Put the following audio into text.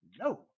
No